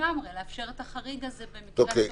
לגמרי וכן לאפשר את החריג הזה במידת הצורך.